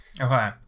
Okay